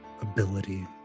ability